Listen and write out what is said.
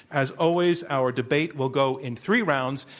as always, our debate will go in three rounds,